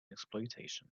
exploitation